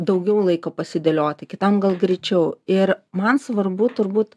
daugiau laiko pasidėlioti kitam gal greičiau ir man svarbu turbūt